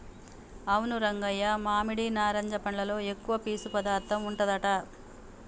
అవును రంగయ్య మామిడి నారింజ పండ్లలో ఎక్కువ పీసు పదార్థం ఉంటదట